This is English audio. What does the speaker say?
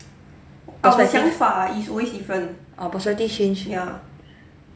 ah personality change